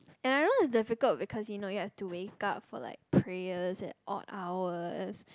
and I know it's difficult because you know you have to wake up for like prayers at odd hours